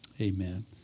Amen